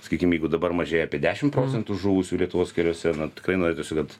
sakykim jeigu dabar mažėja apie dešim procentų žuvusių lietuvos keliuose na tikrai norėtųsi kad